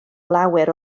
lawer